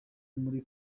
muri